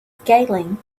scaling